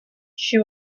she